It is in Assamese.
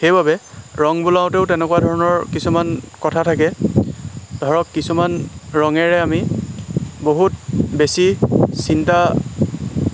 সেইবাবে ৰং বুলাওঁতেও তেনেকুৱা ধৰণৰ কিছুমান কথা থাকে ধৰক কিছুমান ৰঙেৰে আমি বহুত বেছি চিন্তা